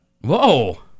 Whoa